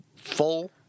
Full